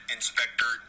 Inspector